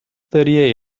thirty